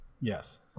Yes